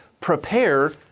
prepare